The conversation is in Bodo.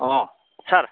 अ सार